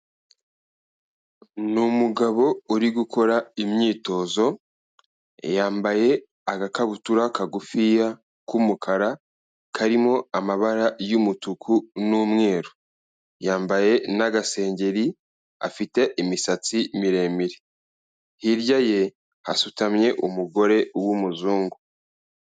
Ni umugabo uri gukora imyitozo, yambaye agakabutura kagufiya k'umukara karimo amabara y'umutuku n'umweru, yambaye n'agasengeri, afite imisatsi miremire, hirya ye hasutamye umugore w'umuzungu.